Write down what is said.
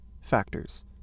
factors